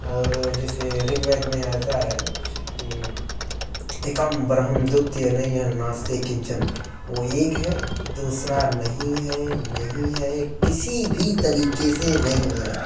اور جیسے رِگ وید میں آتا ہے کہ ایکم برہم دُتیہ نئی ہن ناستے کنچن وہ ایک ہے دوسرا نہیں ہے نہیں ہے کسی بھی طریقے سے نہیں ہے